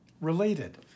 related